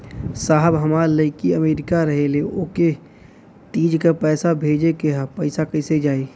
साहब हमार लईकी अमेरिका रहेले ओके तीज क पैसा भेजे के ह पैसा कईसे जाई?